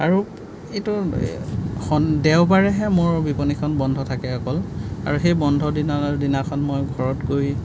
আৰু এইটো দেওবাৰেহে মোৰ বিপণিখন বন্ধ থাকে অকল আৰু সেই বন্ধৰ দিনৰ দিনাখন মই ঘৰত গৈ